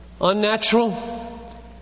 unnatural